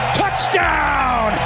touchdown